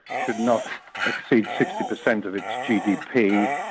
should not exceed sixty percent of its gdp,